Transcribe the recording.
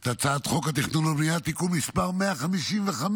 את הצעת חוק התכנון והבנייה, תיקון מס' 155,